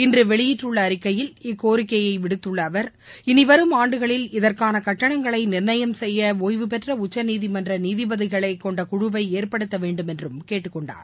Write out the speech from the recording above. இன்றுவெளிட்டுள்ளஅறிக்கையில் இக்கோரிக்கையைவிடுத்துள்ளஅவர் இனிவரும் ஆண்டுகளில் இதற்கானகட்டணங்களைநிர்ணயம் செய்யஓய்வுபெற்றஉச்சநீதிமன்றநீதிபதிகளைக் கொண்டகுழுவைஏற்படுத்தவேண்டுமென்றும் கேட்டுக் கொண்டார்